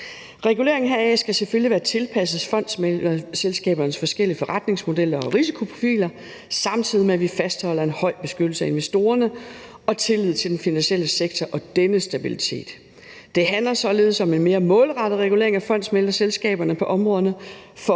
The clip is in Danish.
Reguleringen heraf skal selvfølgelig være tilpasset fondsmæglerselskabernes forskellige forretningsmodeller og risikoprofiler, samtidig med at vi fastholder en høj beskyttelse af investorerne og en tillid til den finansielle sektor og dennes stabilitet. Det handler således om en mere målrettet regulering af fondsmæglerselskaberne på områderne